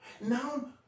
Now